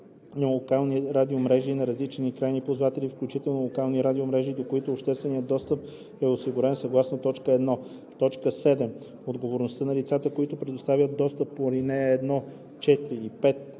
на локални радиомрежи на различни крайни ползватели, включително локални радиомрежи, до които общественият достъп е осигурен съгласно т. 1. (7) Отговорността на лицата, които предоставят достъп по ал. 1,